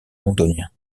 londoniens